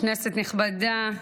כנסת נכבדה,